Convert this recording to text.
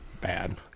bad